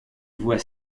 voie